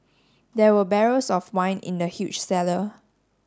there were barrels of wine in the huge cellar